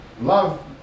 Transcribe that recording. love